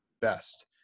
best